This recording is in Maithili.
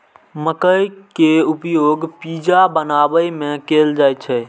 मकइ के उपयोग पिज्जा बनाबै मे कैल जाइ छै